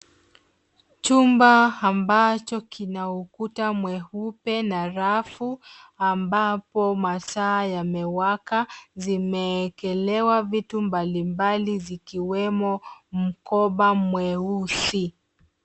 Chumba ambacho kina ukuta mweupe na rafu, ambapo mataa yamewaka, zimeekelewa vitu mbalimbali zikiwemo mkoba mweusi.